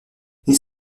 ils